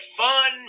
fun